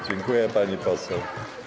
Dziękuję, pani poseł.